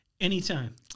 Anytime